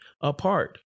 apart